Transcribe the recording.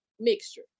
mixture